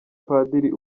padiri